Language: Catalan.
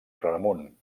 claramunt